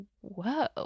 whoa